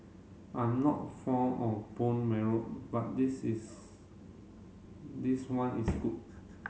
I'm not fond of bone marrow but this is this one is good